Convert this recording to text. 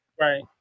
Right